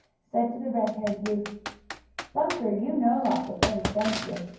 said to the red-haired youth bunker, you know lots of things don't you?